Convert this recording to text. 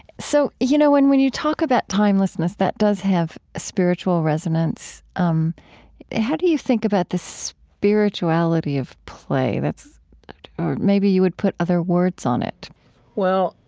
so, you know, when when you talk about timelessness that does have a spiritual resonance. um how do you think about the so spirituality of play that's maybe you would put other words on it well,